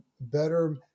better